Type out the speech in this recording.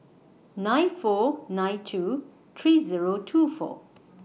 nine four nine two three Zero two four